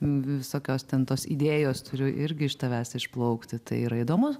visokios ten tos idėjos turi irgi iš tavęs išplaukti tai yra įdomu